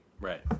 Right